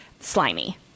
slimy